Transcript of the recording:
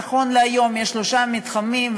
נכון להיום יש שלושה מתחמים.